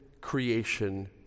creation